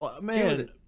Man